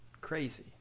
crazy